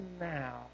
now